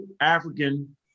African